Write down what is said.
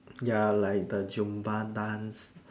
ya like the jumbo dance